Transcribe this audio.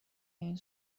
این